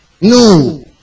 no